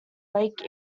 lake